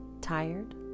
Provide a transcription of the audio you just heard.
Tired